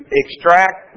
extract